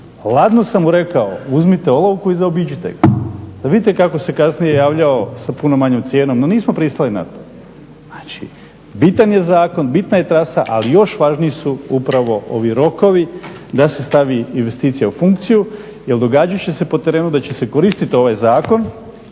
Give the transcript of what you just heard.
Hladno sam mu rekao uzmite olovku i zaobiđite ga. Da vidite kako se kasnije javljao sa puno manjom cijenom, no nismo pristali na to. Znači bitan je zakon, bitna je trasa ali još važniji su upravo ovi rokovi da se stavi investicija u funkciju. Jer događati će se po terenu da će se koristiti ovaj zakon